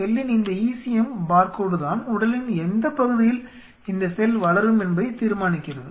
செல்லின் இந்த ECM barcode தான் உடலின் எந்தப் பகுதியில் இந்த செல் வளரும் என்பதை தீர்மானிக்கிறது